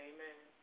Amen